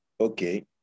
okay